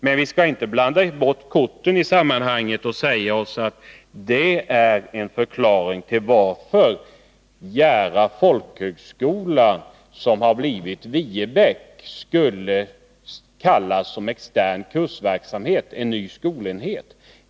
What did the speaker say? Men vi skall inte blanda bort korten i sammanhanget och säga oss att det är en förklaring till att Jära folkhögskola, som har blivit Viebäck, skulle enbart kallas för extern kursverksamhet, och därför nu vara en helt ny skolenhet.